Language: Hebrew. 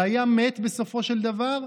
והיה מת בסופו של דבר,